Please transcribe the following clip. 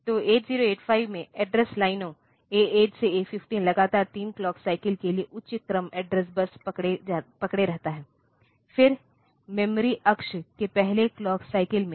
तो 8085 में एड्रेस लाइनों A8 से A15 लगातार 3 क्लॉक साइकिल के लिए उच्च क्रम एड्रेस बस पकड़ें रहता है फिर मेमोरी अक्ष के पहले क्लॉक साइकिल में